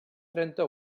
trenta